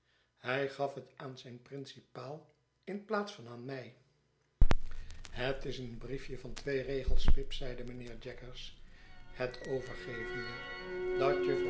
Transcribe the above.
hij gaf het aan zijn principaal in plaats van aan mij het is een briefje van twee regels pip zeide mijnheer jaggers het overgevende dat